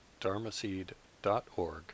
dharmaseed.org